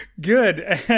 good